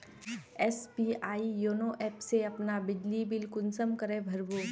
SBI YONO app से अपना बिजली बिल कुंसम करे भर बो?